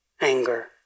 anger